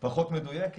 אז קודם כל,